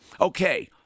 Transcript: Okay